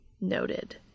Noted